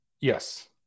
Yes